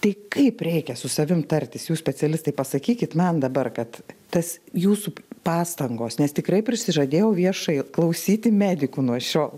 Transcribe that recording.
tai kaip reikia su savimi tartis jūs specialistai pasakykit man dabar kad tas jūsų pastangos nes tikrai prisižadėjau viešai klausyti medikų nuo šiol